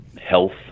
health